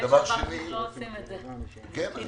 לא עושים את זה.